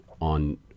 on